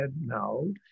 No